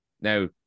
Now